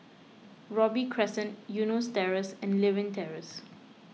Robey Crescent Eunos Terrace and Lewin Terrace